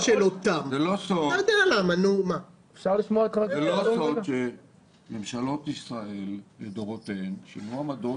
זה לא סוד שממשלות ישראל לדורותיהם שילמו עמדות